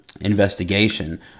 investigation